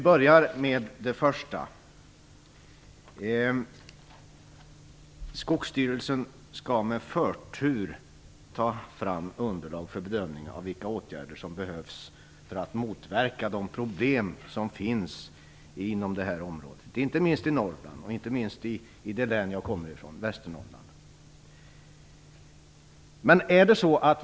Fria förvärvstillstånd: Skogsstyrelsen skall med förtur ta fram underlag för bedömning av vilka åtgärder som behövs för att motverka de problem som finns på det här området - inte minst i Norrland. Jag tänker särskilt på mitt hemlän, Västernorrlands län.